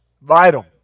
Vital